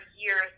years